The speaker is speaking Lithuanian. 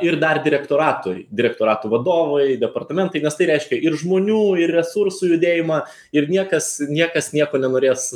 ir dar direktoratui direktorato vadovai departamentai nes tai reiškia ir žmonių ir resursų judėjimą ir niekas niekas nieko nenorės